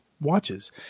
watches